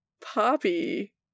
Poppy